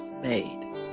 Made